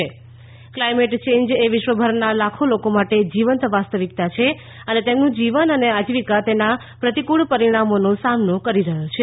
તેમણે કહ્યું climate change એ વિશ્વભરના લાખો લોકો માટે જીવંત વાસ્તવિકતા છે અને તેમનું જીવન અને આજીવિકા તેના પ્રતિક્ળ પરિણામોનો સામનો કરી રહ્યાં છે